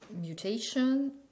mutation